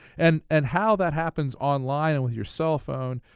and and how that happens online and with your cell phone,